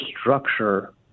structure